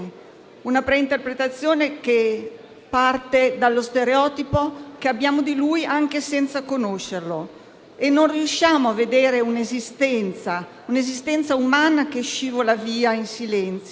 pre-interpretazione, che parte dallo stereotipo che abbiamo di lui anche senza conoscerlo e non riusciamo a vedere un'esistenza umana che scivola via in silenzio,